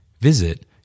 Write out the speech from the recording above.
Visit